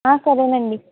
సరేనండి